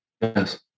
Yes